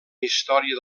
història